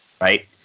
right